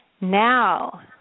Now